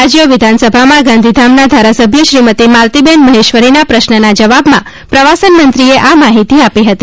રાજ્ય વિધાનસભામાં ગાંધીધામના ધારાસભ્ય શ્રીમતી માલતીબેન મહેશ્વરીના પ્રશ્નના જવાબમાં પ્રવાસન મંત્રીએ આ માહિતી આપી હતી